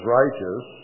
righteous